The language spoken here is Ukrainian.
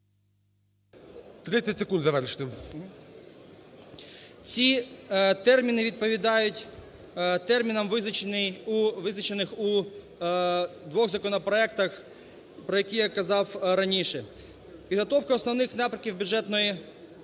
30 секунд завершити. ДАНИЛЮК О.О. Ці терміни відповідають термінам, визначених у двох законопроектах, про які я казав раніше. Підготовка Основних напрямків бюджетної